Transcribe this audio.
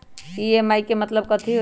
EMI के मतलब कथी होई?